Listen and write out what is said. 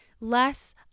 less